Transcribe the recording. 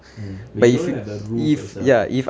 mm but you don't have a room for yourself